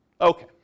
Okay